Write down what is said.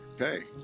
Okay